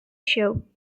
show